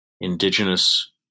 Indigenous